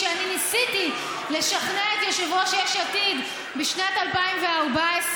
שאני ניסיתי לשכנע את יושב-ראש יש עתיד בשנת 2014,